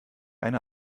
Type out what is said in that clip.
eine